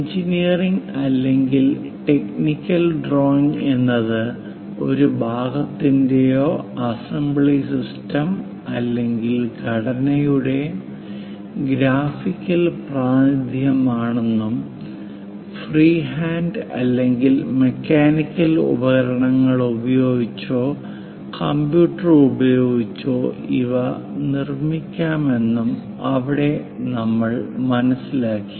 engineering അല്ലെങ്കിൽ technical drawing എന്നത് ഒരു ഭാഗത്തിന്റെയോ അസംബ്ലി സിസ്റ്റം അല്ലെങ്കിൽ ഘടനയുടെ ഗ്രാഫിക്കൽ പ്രാതിനിധ്യമാണെന്നും ഫ്രീഹാൻഡ് അല്ലെങ്കിൽ മെക്കാനിക്കൽ ഉപകരണങ്ങൾ ഉപയോഗിച്ചോ കമ്പ്യൂട്ടറുകൾ ഉപയോഗിച്ചോ ഇവ നിർമ്മിക്കാമെന്നും അവിടെ നമ്മൾ മനസ്സിലാക്കി